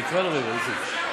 תקרא לו רגע, איציק.